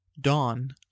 dawn